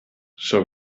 shall